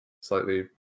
slightly